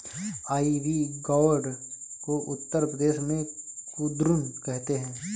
ivy gourd को उत्तर प्रदेश में कुद्रुन कहते हैं